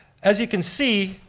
as you can see,